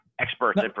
experts